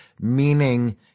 meaning